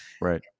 Right